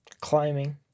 Climbing